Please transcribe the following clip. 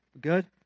Good